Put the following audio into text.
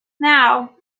now